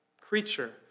Creature